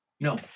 No